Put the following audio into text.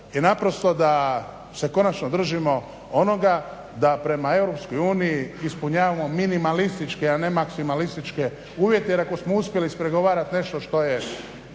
i naprasito da se konačno držimo onoga da prema EU ispunjavamo minimalističke a ne maksimalističke uvjete jer ako smo uspjeli ispregovarati nešto što je